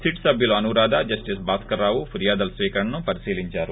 SIT సభ్యులు Anuradha justice Bhaskarrao ఫిర్యాదుల స్వీకరణను పరిశీలించారు